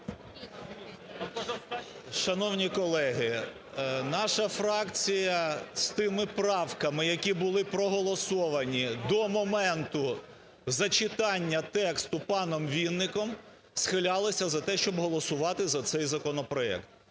Шановні колеги, наша фракція з тими правками, які були проголосовані до моментузачитання тексту паном Вінником, схилялася за те, щоб голосувати за цей законопроект.